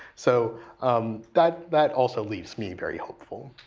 so um that that also leaves me very hopeful.